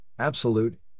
Absolute